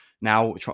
now